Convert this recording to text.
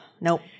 Nope